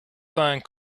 find